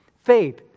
faith